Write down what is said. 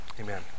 Amen